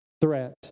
threat